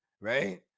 right